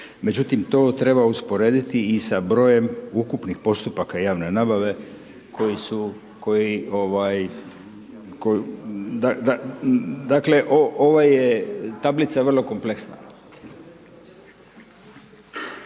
međutim to treba usporediti i sa brojem ukupnih postupaka javne nabave koji su, koji, dakle ova je tablica vrlo kompleksna.